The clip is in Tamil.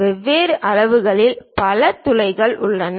வெவ்வேறு அளவுகளில் பல துளைகள் உள்ளன